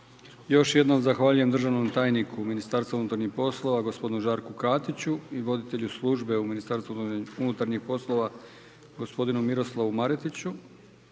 Još jednom zahvaljujem državnom tajniku u Ministarstvu unutarnjih poslova gospodinu Žarku Katiću i voditelju službe u Ministarstvu unutarnjih poslova gospodinu Miroslavu Maretiću